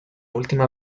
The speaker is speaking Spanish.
última